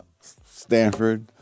Stanford